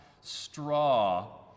straw